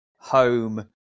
home